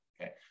Okay